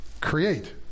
create